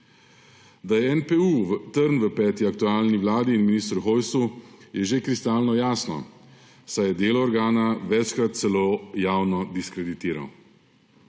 Da je NPU trn v peti aktualni vladi in ministru Hojsu, je že kristalno jasno, saj je delo organa večkrat celo javno diskreditiral.